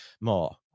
more